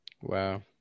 Wow